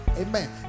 amen